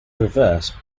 reverse